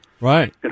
Right